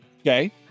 okay